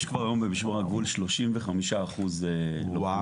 יש היום במשמר הגבול 35 אחוזים לוחמות.